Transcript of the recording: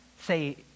say